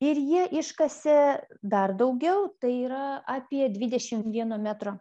ir jie iškasė dar daugiau tai yra apie dvidešim vieno metro